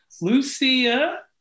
Lucia